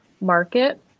market